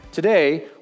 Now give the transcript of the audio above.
Today